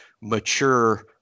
mature